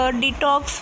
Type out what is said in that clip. detox